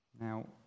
Now